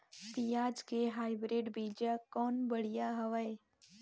पियाज के हाईब्रिड बीजा कौन बढ़िया हवय?